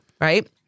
right